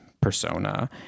Persona